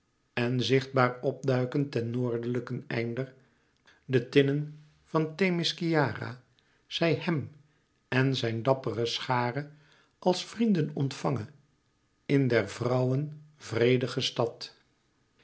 en zichtbaar op duiken ten noordlijken einder de tinnen van themiskyra zij hèm en zijn dappere schare als vrienden ontvange in der vrouwen